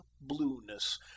blueness